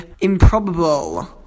improbable